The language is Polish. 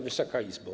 Wysoka Izbo!